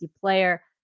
player